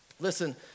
Listen